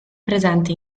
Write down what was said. presente